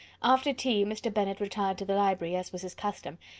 after tea, mr. bennet retired to the library, as was his custom,